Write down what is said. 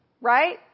right